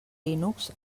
linux